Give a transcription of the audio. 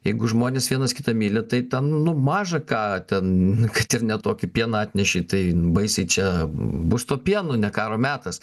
jeigu žmonės vienas kitą myli tai ten nu maža ką ten kad ir ne tokį pieną atnešei tai baisiai čia bus to pieno ne karo metas